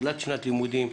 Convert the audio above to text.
תחילת שנת לימודים.